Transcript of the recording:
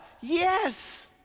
Yes